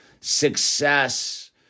success